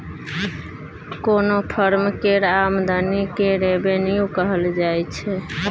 कोनो फर्म केर आमदनी केँ रेवेन्यू कहल जाइ छै